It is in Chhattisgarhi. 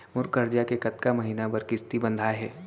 मोर करजा के कतका महीना बर किस्ती बंधाये हे?